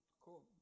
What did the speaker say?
Cool